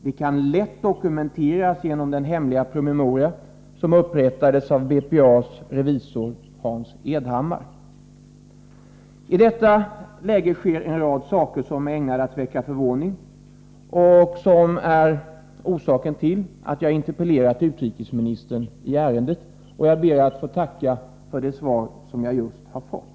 De kan lätt vidimeras genom den hemliga promemoria som upprättades av BPA:s revisor Hans Edhammar. I detta läge sker en rad saker som är ägnade att väcka förvåning och som är orsaken till att jag interpellerat utrikesministern i ärendet, och jag ber att få tacka för det svar som jag just har fått.